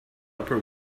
upper